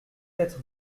être